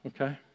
okay